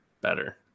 better